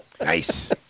Nice